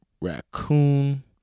raccoon